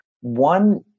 One